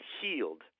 healed